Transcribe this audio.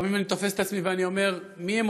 לפעמים אני תופס את עצמי ואני אומר: מי הם